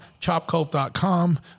chopcult.com